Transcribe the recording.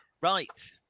Right